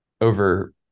over